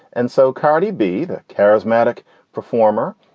and so cardi b, the charismatic performer,